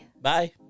Bye